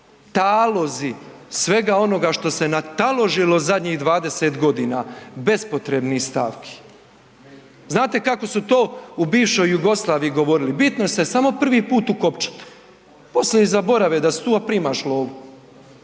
talozi svega onoga što se nataložilo zadnji 20 godina bespotrebnih stavki. Znate kako su to u bivšoj Jugoslaviji govorili? Bitno se samo prvi put ukopčat, poslije i zaborave da su tu, a primaš lovu.